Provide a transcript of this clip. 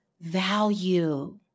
value